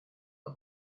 are